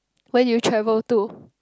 where you travel to